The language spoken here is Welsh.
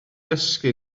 dysgu